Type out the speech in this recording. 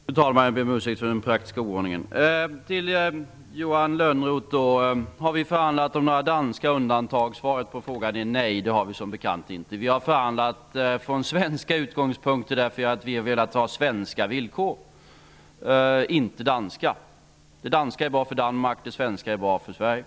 Fru talman! Till Johan Lönnroth om frågan om vi har förhandlat om några danska undantag. Svaret på frågan är nej. Det har vi som bekant inte gjort. Vi har förhandlat från svenska utgångspunkter därför att vi har velat ha svenska villkor, inte danska. Det danska är bra för Danmark, det svenska är bra för Sverige.